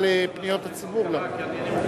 נתקבלה.